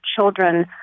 children